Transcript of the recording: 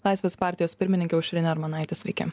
laisvės partijos pirmininkė aušrinė armonaitė sveiki